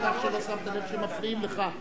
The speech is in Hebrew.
על כך שלא שמת לב שמפריעים לך,